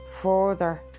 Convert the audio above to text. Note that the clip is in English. further